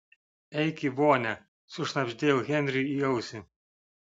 eik į vonią sušnabždėjau henriui į ausį